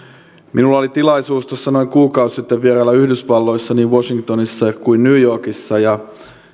minulla oli tilaisuus noin kuukausi sitten vierailla yhdysvalloissa niin washingtonissa kuin new yorkissa ja